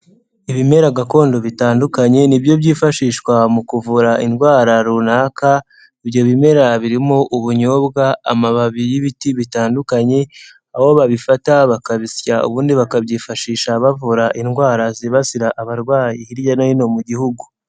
Ibimera gakondo bitandukanye nibyo byifashishwa mu kuvura indwara runaka, ibyo bimera birimo ubunyobwa, amababi y'ibiti bitandukanye, aho babifata bakabisya ubundi bakabyifashisha bavura indwara zibasira abarwayi hirya no hino mu gihugu.